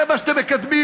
זה מה שאתם מקדמים.